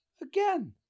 again